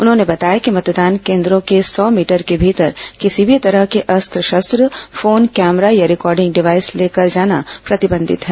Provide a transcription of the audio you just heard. उन्होंने बताया कि मतदान केन्द्रों के सौ मीटर के भीतर किसी भी तरह के अस्त्र शस्त्र फोन कैमरा या रिकॉर्डिंग डिवाइस लेकर जाना प्रतिबंधित है